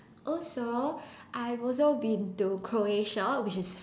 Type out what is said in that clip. also I also been to Croatia which is